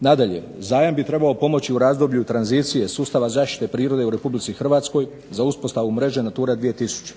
Nadalje, zajam bi trebao pomoći u razdoblju tranzicije, sustava zaštite prirode u Republici Hrvatskoj za uspostavu mreže Natura 2000.